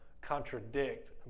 contradict